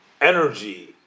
energy